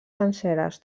senceres